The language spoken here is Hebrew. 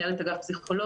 מנהלת אגף פסיכולוגיה,